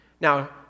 Now